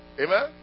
Amen